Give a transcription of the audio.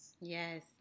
Yes